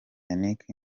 yannick